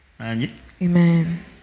amen